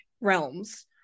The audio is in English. realms